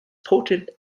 potent